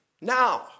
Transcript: Now